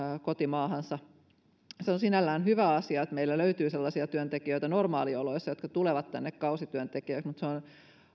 kotimaahansa on sinällään hyvä asia että meillä löytyy normaalioloissa sellaisia työntekijöitä jotka tulevat tänne kausityöntekijöiksi mutta on